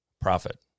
profit